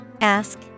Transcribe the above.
Ask